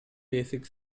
basic